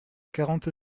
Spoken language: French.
quarante